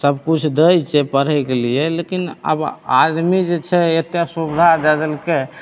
सब किछु दै छै पढ़ैके लिए लेकिन आब आदमी जे छै एतेक सुबिधा दए देलकै